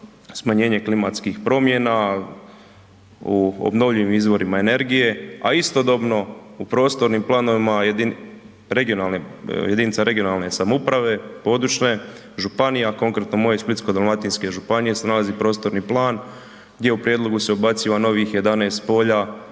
smanjenje klimatskih promjena u obnovljivim izvorima energije, a istodobno u prostornim planovima jedinica regionalne samouprave područne, županija, konkretno moje Splitsko-dalmatinske županije se nalazi prostorni plan gdje u prijedlogu se ubaciva novih 11 polja